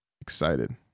excited